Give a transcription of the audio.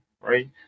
right